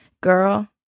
girl